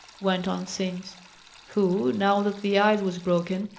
went on simms who, now that the ice was broken,